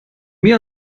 mir